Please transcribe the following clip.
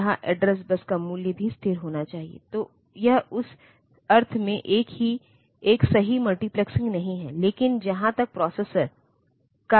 यदि आप बाहरी दुनिया से इस माइक्रोप्रोसेसर को मान दे रहे हैं